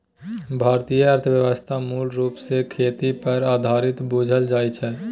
भारतीय अर्थव्यवस्था मूल रूप सँ खेती पर आधारित बुझल जाइ छै